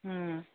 ꯎꯝ